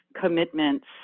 commitments